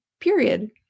Period